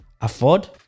afford